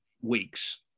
weeks